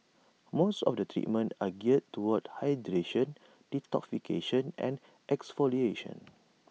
most of the treatments are geared toward hydration detoxification and exfoliation